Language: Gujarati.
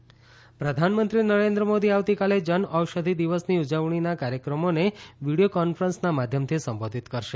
જન ઔષધિ દિવસ પ્રધાનમંત્રી નરેન્દ્ર મોદી આવતીકાલે જન ઔષધિ દિવસની ઉજવણીના કાર્યક્રમોને વિડિયો કોન્ફરન્સના માધ્યમથી સંબોધિત કરશે